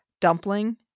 dumpling